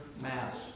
Mass